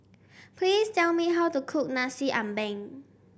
please tell me how to cook Nasi Ambeng